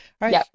right